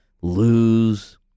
lose